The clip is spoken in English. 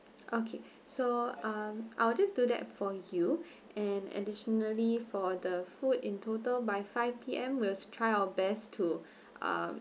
okay so um I will just do that for you and additionally for the food in total by five P_M we'll try our best to um